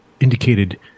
indicated